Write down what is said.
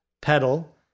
pedal